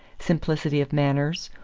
simplicity of manners,